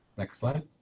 next slide.